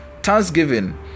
Thanksgiving